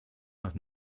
nach